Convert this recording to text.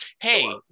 hey